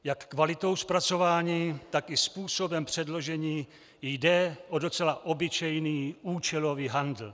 Jak kvalitou zpracování, tak i způsobem předložení jde o docela obyčejný účelový handl.